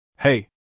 Hey